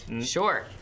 Sure